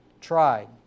tried